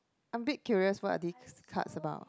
I'm a bit curious what are these cards about